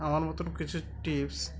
আমার মতন কিছু টিপস